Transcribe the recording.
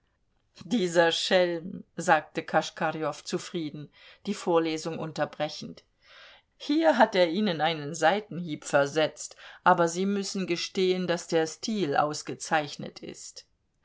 dieser schelm sagte koschkarjow zufrieden die vorlesung unterbrechend hier hat er ihnen einen seitenhieb versetzt aber sie müssen gestehen daß der stil ausgezeichnet ist